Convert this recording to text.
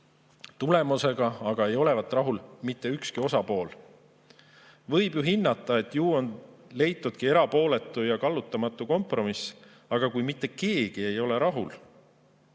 tulemusega aga ei olevat rahul mitte ükski osapool. Võib ju hinnata, et ehk on leitudki erapooletu ja kallutamatu kompromiss, aga kui mitte keegi ei ole rahul?